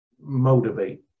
motivate